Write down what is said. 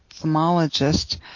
ophthalmologist